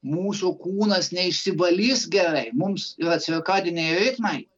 mūsų kūnas neišsivalys gerai mums yra cirkadiniai ritmai